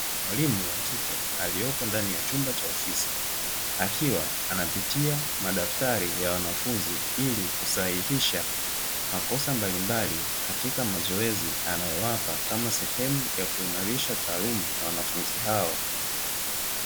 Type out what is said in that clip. Mwalimu wa kike aliyepo ndani ya chumba cha ofisi, akiwa anapitia madaftari ya wanafunzi ili kusahihisha makosa mbalimbali katika mazoezi anayowapa, kama sehemu ya kuimarisha taaluma ya wanafunzi hao.